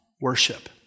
worship